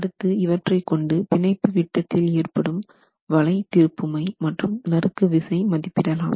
அடுத்து இவற்றைக் கொண்டு பிணைப்பு விட்டத்தில் ஏற்படும் வளை திருப்புமை மற்றும் நறுக்கு விசை மதிப்பிடலாம்